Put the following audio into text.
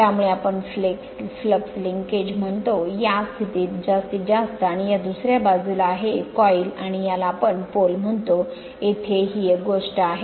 त्यामुळे आपण flux linkage म्हणतो या स्थितीत जास्तीत जास्त आणि या दुसऱ्या बाजूला आहे कॉईल आणि याला आपण pole म्हणतो येथे ही एक गोष्ट आहे